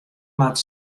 moat